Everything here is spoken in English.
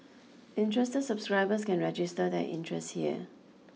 interested subscribers can register their interest here